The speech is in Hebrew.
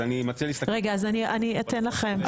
רגע, אני אתן לכם.